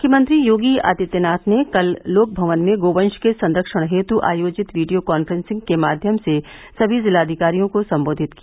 मुख्यमंत्री योगी आदित्यनाथ ने कल लोक भवन में गोवंश के संरक्षण हेतु आयोजित वीडियो कॉन्फ्रेंसिंग के माध्यम से सभी जिलाधिकारियों को सम्बोधित किया